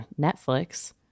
Netflix